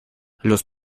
los